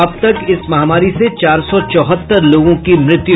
अब तक इस महामारी से चार सौ चौहत्तर लोगों की मृत्यु